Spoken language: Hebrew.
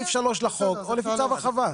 לפי סעיף 3 לחוק או לפי צו הרחבה.